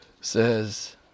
says